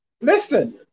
Listen